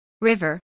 river